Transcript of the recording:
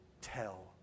tell